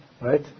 Right